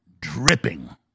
dripping